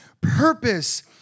purpose